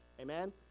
Amen